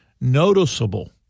noticeable